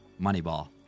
Moneyball